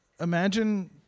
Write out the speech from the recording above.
imagine